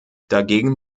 dagegen